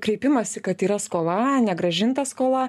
kreipimąsi kad yra skola negrąžinta skola